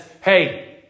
hey